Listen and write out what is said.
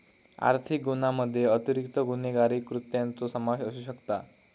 आर्थिक गुन्ह्यामध्ये अतिरिक्त गुन्हेगारी कृत्यांचो समावेश असू शकता